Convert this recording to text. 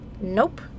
Nope